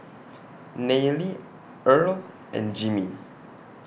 Nayeli Earle and Jimmy